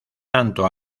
tanto